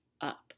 up